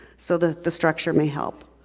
so the the structure may help.